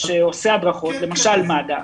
שעושה הדרכות, למשל מד"א.